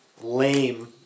lame